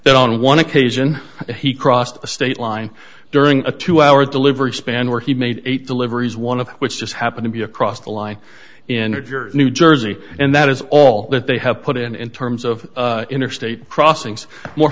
that on one occasion he crossed the state line during a two hour delivery span where he made eight deliveries one of which just happen to be across the line in new jersey and that is all that they have put in in terms of interstate crossings more